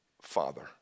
father